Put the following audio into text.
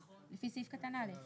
לפי סעיף קטן (א).